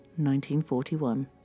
1941